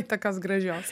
tokios gražios